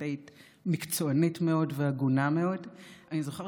על האותנטיות והעקביות שלך אני יכולה להעיד,